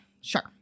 sure